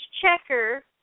checker